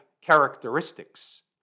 characteristics